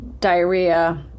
diarrhea